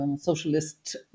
socialist